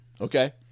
Okay